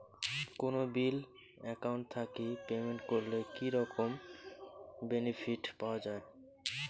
কোনো bill account থাকি payment করলে কি রকম বেনিফিট পাওয়া য়ায়?